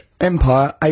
Empire